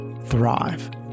thrive